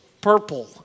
purple